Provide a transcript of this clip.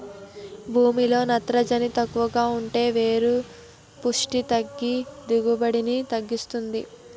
భూమిలో నత్రజని తక్కువుంటే వేరు పుస్టి తగ్గి దిగుబడిని తగ్గిస్తుంది